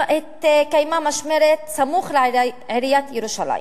התקיימה משמרת סמוך לעיריית ירושלים.